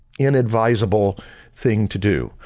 inadvisable thing to do.